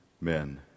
men